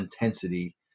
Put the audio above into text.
intensity